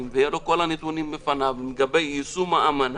ויהיו כל הנתונים לגביו לגבי יישום האמנה,